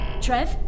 Trev